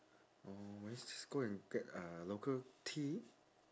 oh let's just go and get uh local tea